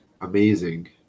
amazing